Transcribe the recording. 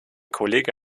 kollege